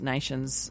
Nations